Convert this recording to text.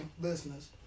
listeners